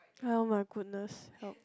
oh-my-goodness